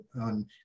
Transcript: on